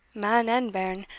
man and bairn,